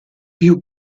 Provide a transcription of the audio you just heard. più